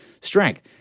strength